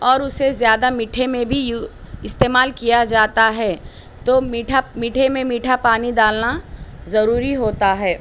اور اسے زیادہ میٹھے میں بھی یوں استعمال کیا جاتا ہے تو میٹھا میٹھے میں میٹھا پانی ڈالنا ضروری ہوتا ہے